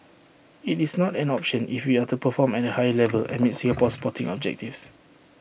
IT is not an option if we are to perform at A higher level and meet Singapore's sporting objectives